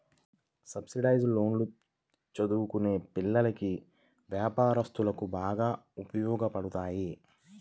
subsidised లోన్లు చదువుకునే పిల్లలకి, వ్యాపారస్తులకు బాగా ఉపయోగపడతాయి